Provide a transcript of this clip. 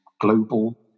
global